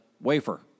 wafer